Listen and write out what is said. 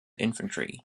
infantry